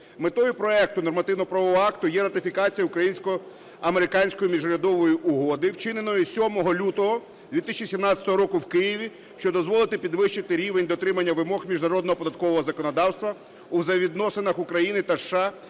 міжурядової угоди, вчиненої 7 лютого 2017 року в Києві, що дозволить підвищити рівень дотримання вимог міжнародного податкового законодавства у взаємовідносинах України та США